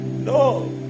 no